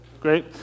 great